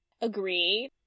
agree